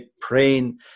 praying